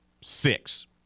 Six